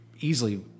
easily